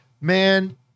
Man